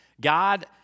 God